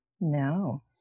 No